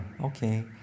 okay